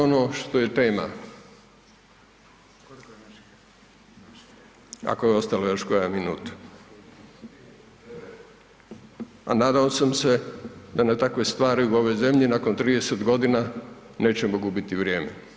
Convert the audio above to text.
A sad ono što je tema, ako je ostala još koja minuta, a nadao sam se da na takve stvari u ovoj zemlji nakon 30 godina nećemo gubiti vrijeme.